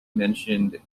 mentioned